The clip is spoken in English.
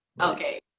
Okay